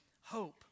hope